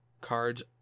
cards